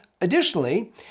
additionally